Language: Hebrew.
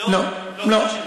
לא, לא.